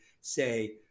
say